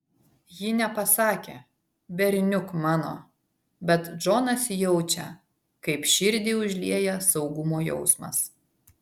ji nepasakė berniuk mano bet džonas jaučia kaip širdį užlieja saugumo jausmas